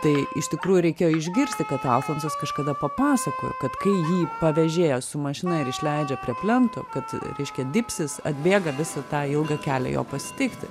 tai iš tikrųjų reikėjo išgirsti kad alfonsas kažkada papasakojo kad kai jį pavežėja su mašina ir išleidžia prie plento kad reiškia dipsis atbėga visą tą ilgą kelią jo pasitikti